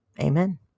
amen